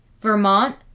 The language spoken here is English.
Vermont